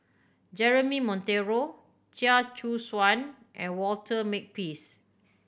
Jeremy Monteiro Chia Choo Suan and Walter Makepeace